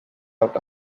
out